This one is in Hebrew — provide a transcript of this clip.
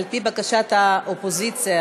על פי בקשת האופוזיציה,